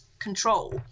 control